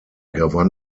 gewann